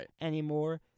anymore